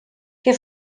que